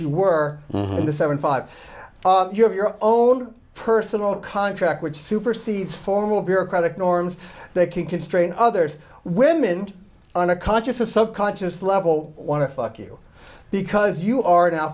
you were in the seven five you have your own personal contract which supersedes formal bureaucratic norms that can constrain others women on a conscious a subconscious level want to fuck you because you are no